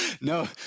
No